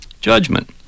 judgment